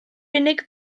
unig